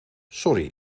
sorry